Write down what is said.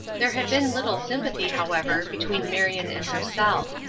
there had been little sympathy, however, between marion and herself.